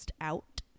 out